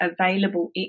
available